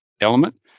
element